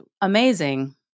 amazing